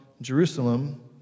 Jerusalem